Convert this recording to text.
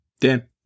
Dan